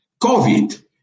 COVID